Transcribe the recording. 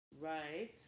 Right